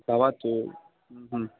भवतु